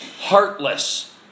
heartless